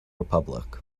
republic